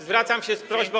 Zwracam się z prośbą.